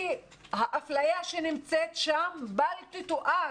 כי האפליה שנמצאת שם בל תתואר.